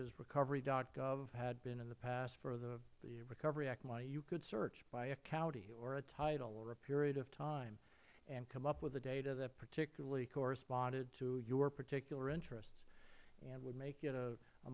as recovery gov had been in the past for the recovery act money you could search by a county or a title or a period of time and come up with the data that particularly corresponded to your particular interests and would make it a